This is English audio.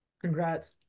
congrats